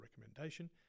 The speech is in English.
recommendation